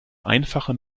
einfache